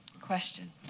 question?